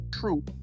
true